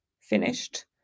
finished